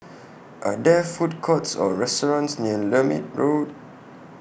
Are There Food Courts Or restaurants near Lermit Road